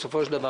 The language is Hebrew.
בסופו של דבר,